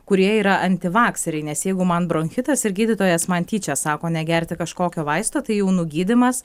kurie yra antivakseriai nes jeigu man bronchitas ir gydytojas man tyčia sako negerti kažkokio vaisto tai jau nugydymas